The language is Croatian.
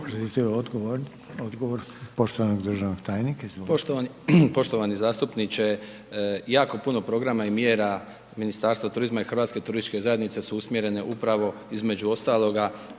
izvolite. **Glavina, Tonči** Poštovani zastupniče, jako puno programa i mjera Ministarstvo turizma i Hrvatske turističke zajednice su usmjerene upravo između ostaloga